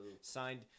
signed